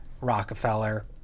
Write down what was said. Rockefeller